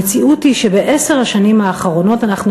המציאות היא שבעשר השנים האחרונות אנחנו